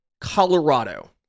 Colorado